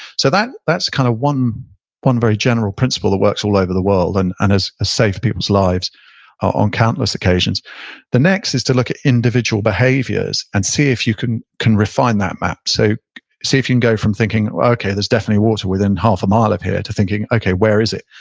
so that's kind of one one very general principle that works all over the world and and has saved peoples' lives on countless occasions the next is to look at individual behaviors and see if you can can refine that map so see if you can go from thinking, okay, there's definitely water within half a mile of here, to thinking okay, where is it.